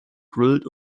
grilled